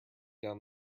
down